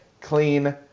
clean